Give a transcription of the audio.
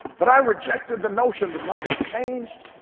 but i rejected the notion that nothing's changed.